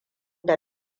da